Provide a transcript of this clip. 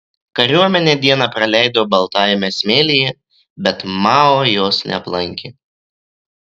kariuomenė dieną praleido baltajame smėlyje bet mao jos neaplankė